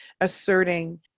asserting